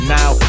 now